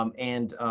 um and